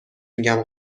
میگم